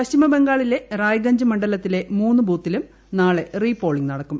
പശ്ചിമ ബംഗാളിലെ റായ്ഗഞ്ച് മണ്ഡലത്തിലെ മൂന്ന് ബൂത്തിലും നാളെ റീ പോളിംഗ് നടക്കും